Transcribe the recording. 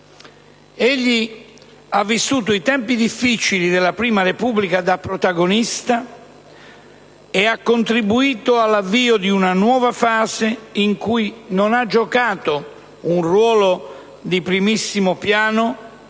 Egli ha vissuto i tempi difficili della Prima Repubblica da protagonista e ha contribuito all'avvio di una nuova fase, in cui non ha giocato un ruolo di primissimo piano,